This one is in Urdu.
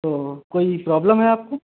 تو کوئی پرابلم ہے آپ کو